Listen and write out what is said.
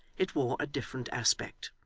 it wore a different aspect.